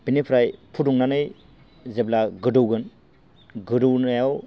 बेनिफ्राय फुदुंनानै जेब्ला गोदौगोन गोदौनायाव